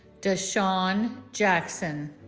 dashaun jackson